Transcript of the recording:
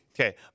Okay